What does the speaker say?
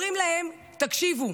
אומרים להם תקשיבו,